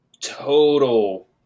total